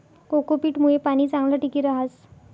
cocopeat मुये पाणी चांगलं टिकी रहास